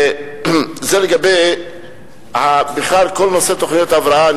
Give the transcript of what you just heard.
זה בכלל לגבי כל נושא תוכניות ההבראה.